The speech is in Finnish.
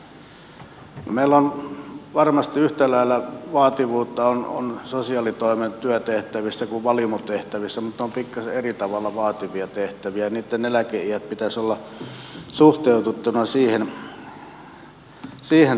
meillä on varmasti yhtä lailla vaativuutta niin sosiaalitoimen työtehtävissä kuin valimotehtävissä mutta ne ovat pikkasen eri tavalla vaativia tehtäviä ja niitten eläkeikien pitäisi olla suhteutettuina siihen tasoon